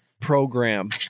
program